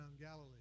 Galilee